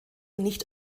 nicht